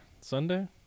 sunday